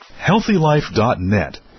HealthyLife.net